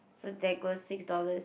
so there goes six dollars